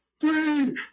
three